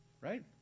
right